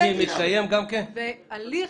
מתקיים גם הליך אזרחי?